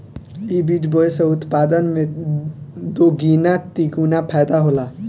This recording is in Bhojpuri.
इ बीज बोए से उत्पादन में दोगीना तेगुना फायदा होला